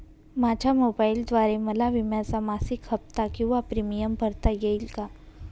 माझ्या मोबाईलद्वारे मला विम्याचा मासिक हफ्ता किंवा प्रीमियम भरता येईल का?